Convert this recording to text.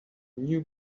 new